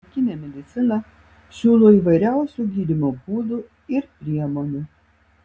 juolab šiuolaikinė medicina siūlo įvairiausių gydymo būdų ir priemonių